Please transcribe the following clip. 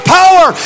power